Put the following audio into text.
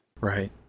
Right